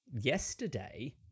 yesterday